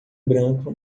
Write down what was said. branco